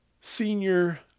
senior